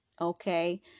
Okay